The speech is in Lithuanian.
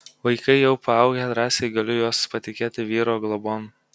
vaikai jau paaugę drąsiai galiu juos patikėti vyro globon